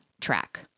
track